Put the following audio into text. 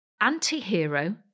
Anti-Hero